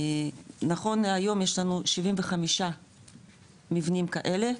נכון להיום יש לנו 75 מבנים כאלה,